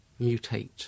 mutate